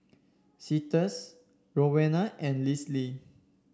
Cletus Rowena and Lise